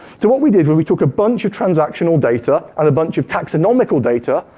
so what we did was we took a bunch of transactional data, and a bunch of taxonomical data,